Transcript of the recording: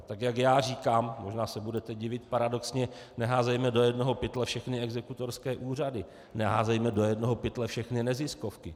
Tak jak já říkám, možná se budete divit, paradoxně, neházejme do jednoho pytle všechny exekutorské úřady, neházejme do jednoho pytle všechny neziskovky.